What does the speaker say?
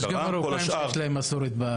יש גם מרוקאים שיש להם מסורת בהר.